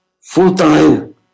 full-time